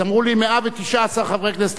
אז אמרו לי: 119 חברי כנסת.